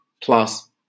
plus